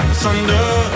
thunder